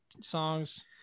songs